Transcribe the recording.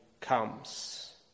comes